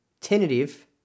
tentative